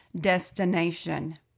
destination